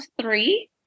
three